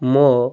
ମୋ